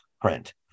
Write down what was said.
print